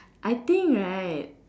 I think right